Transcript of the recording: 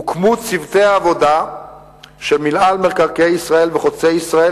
הוקמו צוותי עבודה של מינהל מקרקעי ישראל ו"חוצה ישראל",